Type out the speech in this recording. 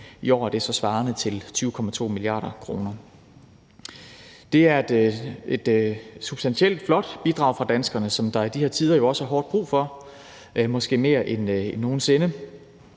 I år svarer det så til 20,2 mia. kr. Det er et substantielt, flot bidrag fra danskerne, som der i de her tider jo også er hårdt brug for, måske mere end nogen sinde,